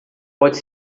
pode